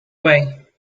way